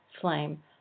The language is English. flame